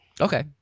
Okay